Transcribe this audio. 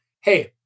hey